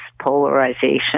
polarization